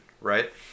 right